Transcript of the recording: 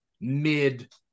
mid